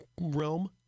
realm